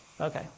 okay